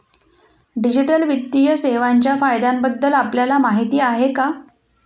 Digital वित्तीय सेवांच्या फायद्यांबद्दल आपल्याला माहिती आहे का?